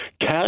Cash